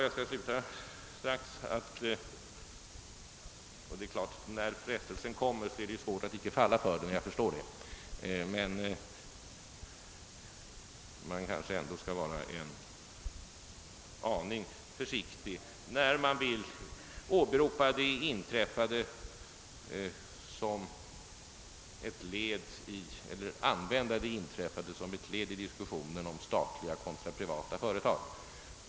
Jag förstår att det är svårt att inte falla för frestelsen när den kommer, men man bör kanske ändå vara en aning försiktig när man använder det inträffade som ett led i diskussionen om statliga företag kontra privata sådana.